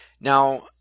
Now